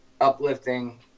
Uplifting